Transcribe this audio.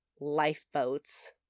lifeboats